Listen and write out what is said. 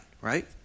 right